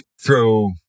throw